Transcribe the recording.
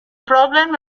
problem